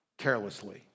carelessly